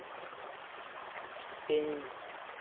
ᱤᱧ